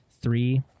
three